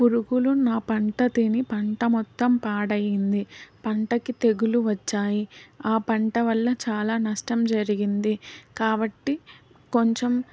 పురుగులు నా పంట తిని పంట మొత్తం పాడయ్యింది పంటకి తెగులు వచ్చాయి ఆ పంట వల్ల చాలా నష్టం జరిగింది కాబట్టి కొంచెం